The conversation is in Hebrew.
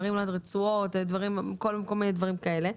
רצועות וכל מיני דברים כאלה.